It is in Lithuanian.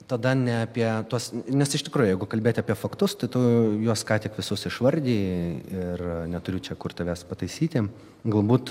tada ne apie tuos nes iš tikrųjų jeigu kalbėti apie faktus tai tu juos ką tik visus išvardijai ir neturiu čia kur tavęs pataisyti galbūt